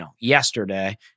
yesterday